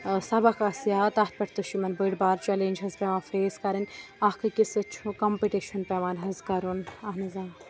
سَبَق آسہِ یاد تَتھ پٮ۪ٹھ تہِ چھُ یِمَن بٔڑۍ بار چٮ۪لینٛج حظ پٮ۪وان فیس کَرٕنۍ اکھ أکِس سۭتۍ چھُنہٕ کَمپٕٹِشَن پٮ۪وان حظ کَرُن اَہن حظ آ